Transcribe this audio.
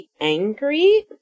angry